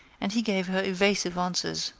and he gave her evasive answers,